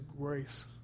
grace